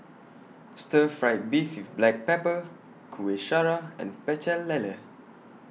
Stir Fried Beef with Black Pepper Kueh Syara and Pecel Lele